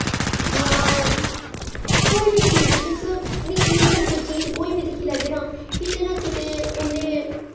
इयां कोई बी चीज़ तुस निक्की मुट्टी कोई बी दिक्खी लैग्गे ना किते ना किते उने